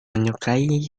menyukai